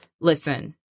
Listen